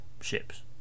ships